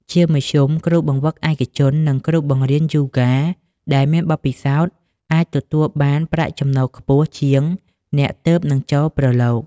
ជាមធ្យម គ្រូបង្វឹកឯកជន និងគ្រូបង្រៀនយូហ្គាដែលមានបទពិសោធន៍អាចទទួលបានប្រាក់ចំណូលខ្ពស់ជាងអ្នកទើបនឹងចូលប្រឡូក។